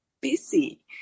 busy